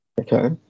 Okay